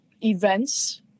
events